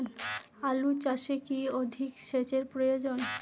আলু চাষে কি অধিক সেচের প্রয়োজন?